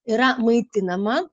yra maitinama